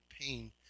pain